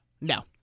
No